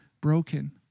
Broken